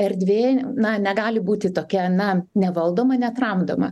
erdvė na negali būti tokia na nevaldoma netramdoma